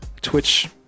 Twitch